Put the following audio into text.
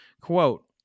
quote